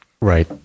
right